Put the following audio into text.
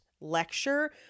lecture